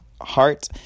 heart